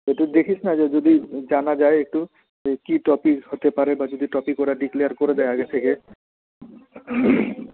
একটু দেখিস না যদি জানা যায় একটু যে কী টপিক হতে পারে বা ওরা যদি টপিক ডিক্লেয়ার করে দেয় আগে থেকে